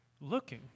looking